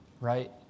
right